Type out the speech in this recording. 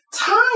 Time